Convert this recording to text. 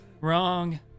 Wrong